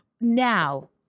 now